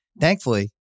Thankfully